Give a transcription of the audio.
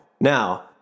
Now